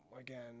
again